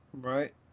right